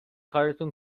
کارتون